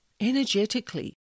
energetically